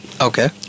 Okay